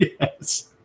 Yes